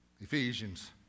Ephesians